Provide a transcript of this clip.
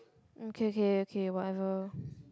okay okay okay whatever